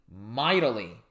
mightily